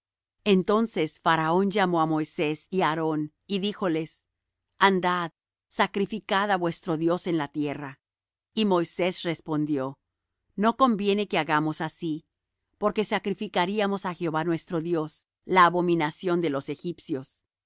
entonces faraón llamó á moisés y á aarón y díjoles andad sacrificad á vuestro dios en la tierra y moisés respondió no conviene que hagamos así porque sacrificaríamos á jehová nuestro dios la abominación de los egipcios he